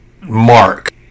mark